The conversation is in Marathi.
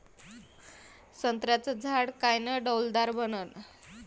संत्र्याचं झाड कायनं डौलदार बनन?